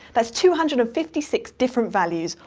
thats two hundred and fifty six different values,